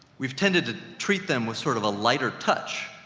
we've tended to treat them with sort of a lighter touch.